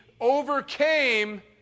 overcame